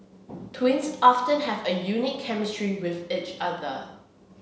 twins often have a unique chemistry with each other